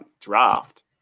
draft